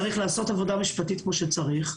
צריך לעשות עבודה משפטית כמו שצריך.